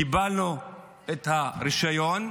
קיבלנו את הרישיון,